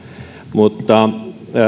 mutta